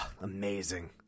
amazing